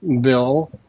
bill